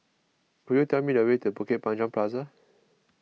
could you tell me the way to Bukit Panjang Plaza